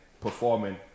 performing